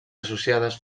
associades